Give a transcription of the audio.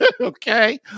Okay